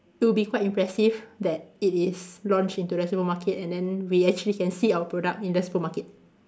it'll quite impressive that it is launched into the supermarket and then we actually can see our product in the supermarket